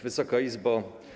Wysoka Izbo!